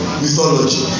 mythology